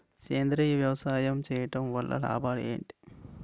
సేంద్రీయ వ్యవసాయం చేయటం వల్ల లాభాలు ఏంటి?